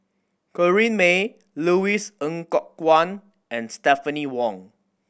Corrinne May Louis Ng Kok Kwang and Stephanie Wong